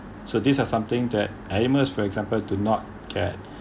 so these are something that animals for example do not get